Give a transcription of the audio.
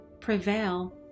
prevail